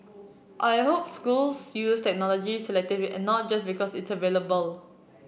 I hope schools use technology selectively and not just because it's available